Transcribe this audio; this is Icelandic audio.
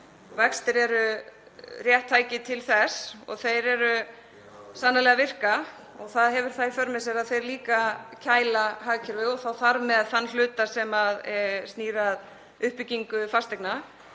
Vextir eru rétt tæki til þess og þeir eru sannarlega að virka og það hefur í för með sér að þeir líka kæla hagkerfið og þar með þann hluta sem snýr að uppbyggingu fasteigna.